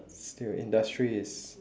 still industry is